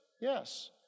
Yes